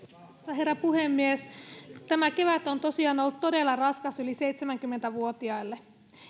herra puhemies tämä kevät on tosiaan ollut todella raskas yli seitsemänkymmentä vuotiaille